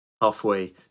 halfway